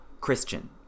Christian